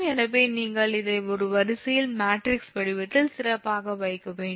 எனவே நீங்கள் இதை ஒரு வரிசையில் மேட்ரிக்ஸ் வடிவத்தில் சிறப்பாக வைக்க வேண்டும்